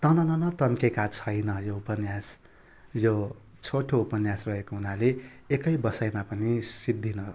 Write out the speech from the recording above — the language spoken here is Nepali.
तननन तन्केका छैन यो उपन्यास यो छोटो उपन्यास रहेको हुनाले एकै बसाइमा पनि सिद्धिन